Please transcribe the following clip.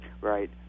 Right